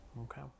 Okay